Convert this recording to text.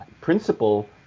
principle